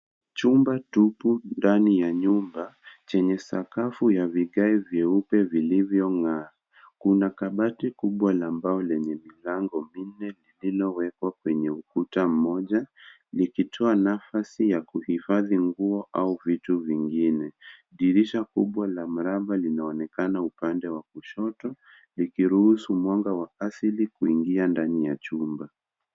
Chumba tupu ndani ya nyumba chenye sakafu ya vigae vyeupe vilivyong'aa. Kuna kabati kubwa la mbao lenye milango minne lililowekwa ukuta mmoja likitoa nafasi ya kuhifadhi nguo au vitu vingine. Dirisha kubwa la mraba linaonekana upande wa kushoto, likiruhusu mwanga wa asili kuingia ndani ya chumba.